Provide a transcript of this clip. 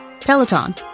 Peloton